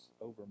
over